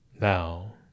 Now